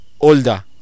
older